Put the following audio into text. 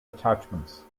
attachments